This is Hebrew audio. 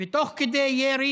תוך כדי ירי